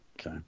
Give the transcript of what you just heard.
okay